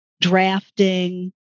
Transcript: drafting